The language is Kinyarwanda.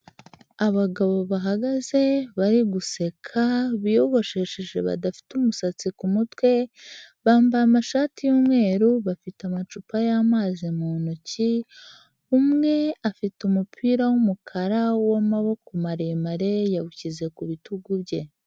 Abagabo bahagaze bari guseka biyogoshesheje badafite umusatsi ku mutwe, bambaye amashati y'umweru, bafite amacupa y'amazi mu ntoki umwe afite umupira w'umukara w'amaboko maremare yawushyize ku bitugu bye.